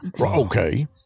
Okay